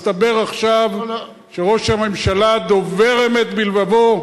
הסתבר עכשיו שראש הממשלה דובר אמת בלבבו,